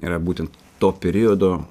yra būtent to periodo